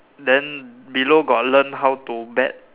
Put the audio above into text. then below got learn how to bet